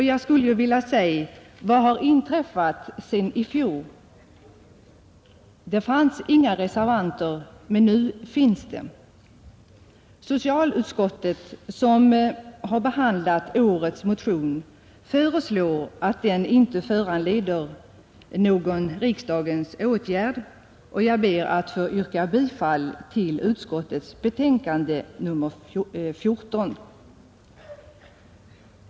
Jag vill säga: Vad har inträffat sedan i fjol? Det fanns inga reservanter då, men nu finns det. Socialutskottet, som har behandlat årets motion, föreslår att den inte föranleder någon riksdagens åtgärd, och jag ber att få yrka bifall till utskottets hemställan i betänkandet nr 14.